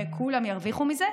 כולם ירוויחו מזה,